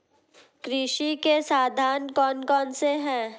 कृषि के साधन कौन कौन से हैं?